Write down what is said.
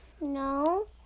No